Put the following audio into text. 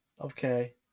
Okay